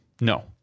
No